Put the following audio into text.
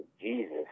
Jesus